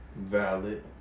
Valid